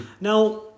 Now